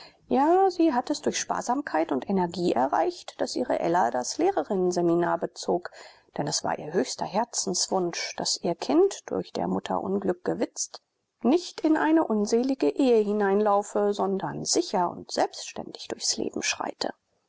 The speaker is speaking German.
ja sie hat es durch sparsamkeit und energie erreicht daß ihre ella das lehrerinnenseminar bezog denn es war ihr höchster herzenswunsch daß ihr kind durch der mutter unglück gewitzigt nicht in eine unselige ehe hineinlaufe sondern sicher und selbständig durchs leben schreite